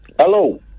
Hello